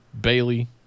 Bailey